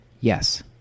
Yes